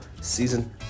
season